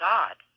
God